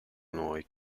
noi